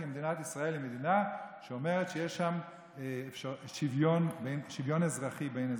כי מדינת ישראל היא מדינה שאומרת שיש שם שוויון אזרחי בין אזרחים.